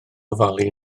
ofalu